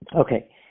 Okay